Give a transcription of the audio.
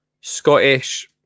Scottish